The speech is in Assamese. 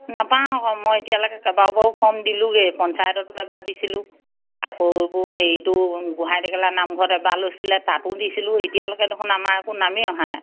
নাপাওঁ আকৌ মই এতিয়ালৈকে কেইবাবাৰো ফৰ্ম দিলোঁগৈয়ে পঞ্চায়ততো এবাৰ দিছিলোঁ আকৌ এইবোৰ হেৰিটো গোঁহাই টেকেলা নামঘৰত এবাৰ লৈছিলে তাতো দিছিলোঁ এতিয়ালৈকে দেখোন আমাৰ একো নামেই অহা নাই